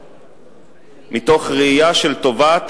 מתוך ראייה של טובת,